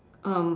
um